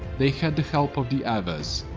they had the help of the avars.